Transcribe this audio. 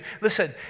Listen